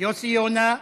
יוסי יונה,